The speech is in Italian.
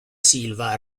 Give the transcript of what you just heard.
silva